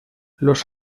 los